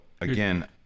again